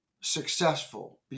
successful